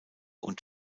und